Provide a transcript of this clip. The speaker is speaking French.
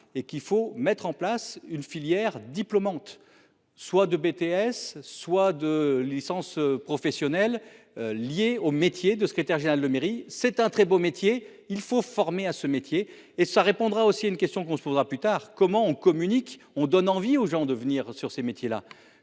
et qu'il faut mettre en place une filière diplômante soit de BTS soit de licences professionnelles liées aux métiers de secrétaire général de mairie, c'est un très beau métier il faut former à ce métier et ça répondra aussi une question qu'on se posera plus tard comment on communique on donne envie aux gens de venir sur ces métiers-là